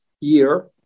year